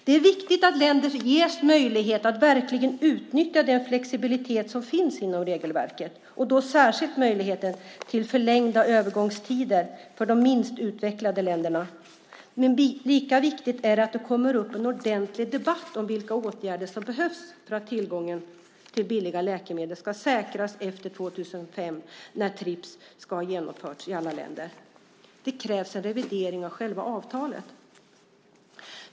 Det är viktigt att länder ges möjlighet att verkligen utnyttja den flexibilitet som finns inom regelverket, och då särskilt möjligheten till förlängda övergångstider för de minst utvecklade länderna. Men lika viktigt är att det kommer upp en ordentlig debatt om vilka åtgärder som behövs för att tillgången till billigare läkemedel kan säkras efter 2005, när TRIPS ska ha genomförts i alla länder. Det krävs en revidering av själva avtalet.